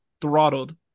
throttled